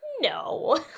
No